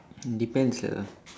it depends lah